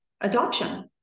adoption